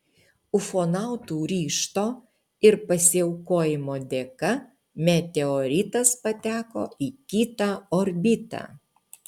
ufonautų ryžto ir pasiaukojimo dėka meteoritas pateko į kitą orbitą